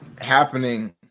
happening